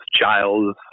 Giles